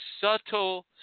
subtle